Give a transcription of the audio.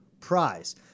prize